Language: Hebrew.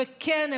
וכן,